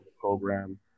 program